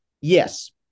Yes